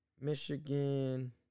Michigan